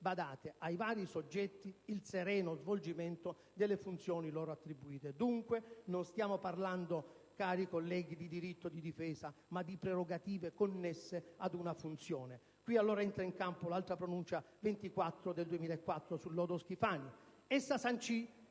badate - ai vari soggetti il sereno svolgimento delle funzioni loro attribuite. Dunque, non stiamo parlando, cari colleghi, di diritto di difesa, ma di prerogative connesse ad una funzione. Qui, allora, entra in campo l'altra pronuncia, la n. 24 del 2004 sul lodo Schifani.